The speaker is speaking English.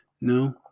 No